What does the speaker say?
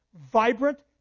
vibrant